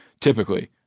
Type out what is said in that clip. Typically